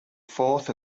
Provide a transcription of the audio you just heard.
fourth